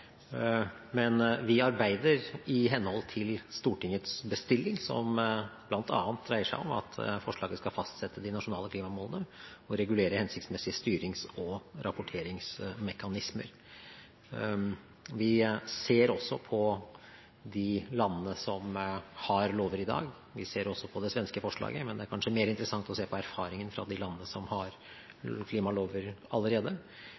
Men vi arbeider i henhold til Stortingets bestilling, som bl.a. dreier seg om at forslaget skal fastsette de nasjonale klimamålene og regulere hensiktsmessige styrings- og rapporteringsmekanismer. Vi ser til de landene som har lover i dag, og vi ser også på det svenske forslaget, men det er kanskje mer interessant å se på erfaringer fra de landene som har klimalover allerede.